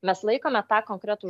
mes laikome tą konkretų